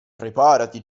preparati